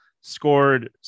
scored